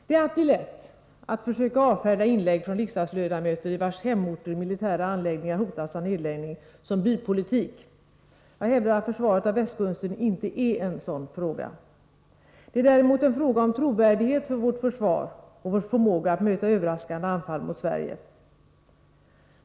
Det är alltid lätt att försöka avfärda inlägg från riksdagsledamöter, i vilkas hemorter militära anläggningar hotas av nedläggning, som bypolitik. Jag hävdar att försvaret av västkusten inte är en sådan fråga. Det är däremot en fråga om trovärdighet för vårt förslag och för vår förmåga att möta överraskande anfall mot Sverige.